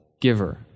giver